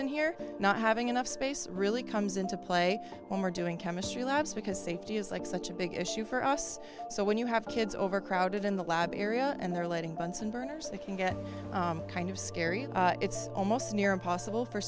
in here not having enough space really comes into play or doing chemistry labs because safety is like such a big issue for us so when you have kids over crowded in the lab area and they're letting bunsen burners they can get kind of scary and it's almost near impossible for